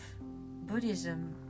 Buddhism